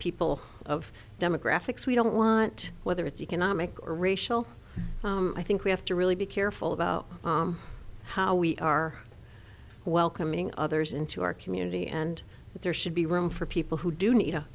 people of demographics we don't want whether it's economic or racial i think we have to really be careful about how we are welcoming others into our community and that there should be room for people who do need a